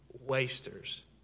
wasters